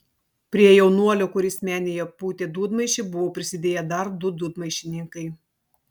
prie jaunuolio kuris menėje pūtė dūdmaišį buvo prisidėję dar du dūdmaišininkai